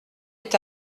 est